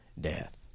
death